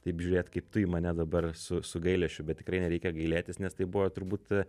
taip žiūrėt kaip tu į mane dabar su su gailesčiu bet tikrai nereikia gailėtis nes tai buvo turbūt